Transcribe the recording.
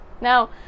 Now